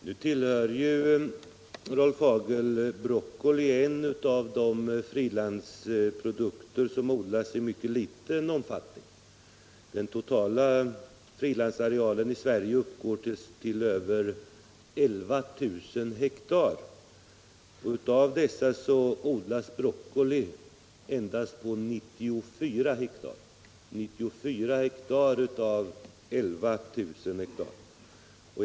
Herr talman! Broccoli tillhör, Rolf Hagel, de frilandsprodukter som odlas i mycket liten omfattning i vårt land. Den totala frilandsarealen i Sverige uppgår till över 11 000 hektar. Broccoli odlas endast på 94 hektar av denna yta.